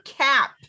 cap